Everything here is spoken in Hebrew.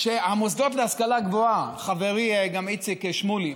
גם חברי איציק שמולי.